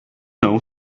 know